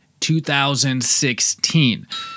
2016